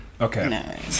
Okay